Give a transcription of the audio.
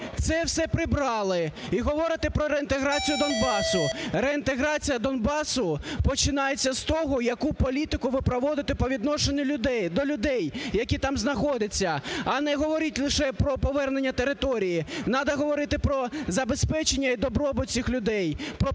це все прибрали і говорите про реінтеграцію Донбасу. Реінтеграція Донбасу починається з того, яку політику ви проводите по відношенню до людей, які там знаходяться, а не говоріть лише про повернення території. Треба говорити про забезпечення і добробут всіх людей, про піклування